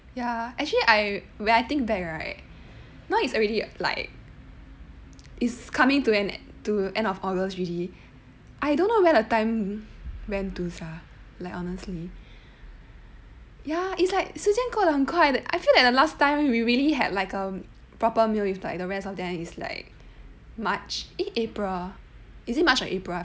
ya actually I when I think back right now it's already like it's coming to an end to end of august already I don't know where the time went to sia like honestly ya it's like 时间过得很快 I feel that the last time we really had like a proper meal with like the rest of them is like march april eh is it march or april